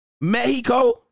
Mexico